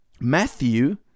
Matthew